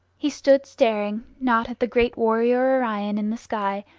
he stood staring, not at the great warrior orion in the sky,